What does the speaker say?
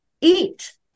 eat